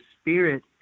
spirit